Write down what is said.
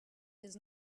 does